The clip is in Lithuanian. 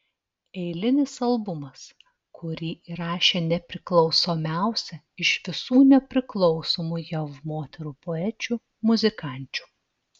eilinis albumas kurį įrašė nepriklausomiausia iš visų nepriklausomų jav moterų poečių muzikančių